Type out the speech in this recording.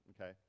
Okay